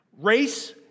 Race